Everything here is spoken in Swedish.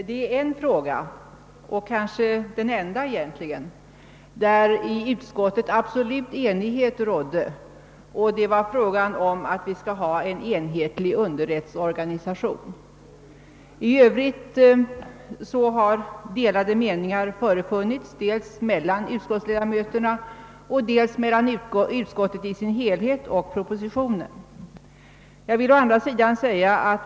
Herr talman! Det var egentligen bara på en enda punkt som det rådde absolut enighet i utskottet, och det gällde förslaget om en enhetlig underrättsorganisation. I övrigt har det varit delade meningar dels mellan utskottets ledamöter, dels mellan utskottet i dess helhet och departementschefen.